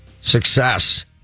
Success